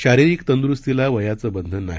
शारीरिक तंदूरूस्तीला वयाचं बंधन नाही